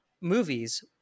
movies